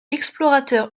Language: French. explorateurs